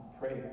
pray